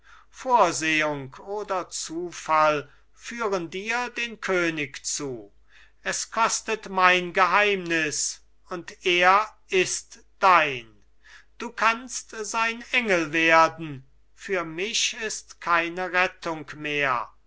vorsehung oder zufall führen dir den könig zu es kostet mein geheimnis und er ist dein du kannst sein engel werden für mich ist keine rettung mehr